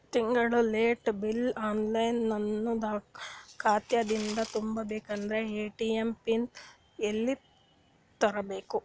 ತಿಂಗಳ light bill online ನನ್ನ ಖಾತಾ ದಿಂದ ತುಂಬಾ ಬೇಕಾದರ ಎ.ಟಿ.ಎಂ ಪಿನ್ ಎಲ್ಲಿ ತುಂಬೇಕ?